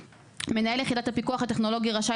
(ז)מנהל יחידת הפיקוח הטכנולוגי רשאי